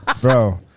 Bro